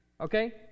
okay